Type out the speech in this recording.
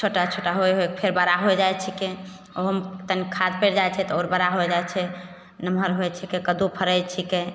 छोटा छोटा होइ होइ फेर बड़ा होइ जाइ छिकै ओहुमे तनी खाद पड़ि जाइत छै तऽ आओर बड़ा होइ जाइत छै नमहर होइत छिकै कद्दू फड़ैत छिकै